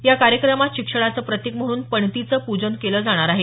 या कार्यक्रमात शिक्षणाचं प्रतिक म्हणून पणतीचं पूजन केलं जाणार आहे